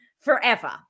forever